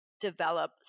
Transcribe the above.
develop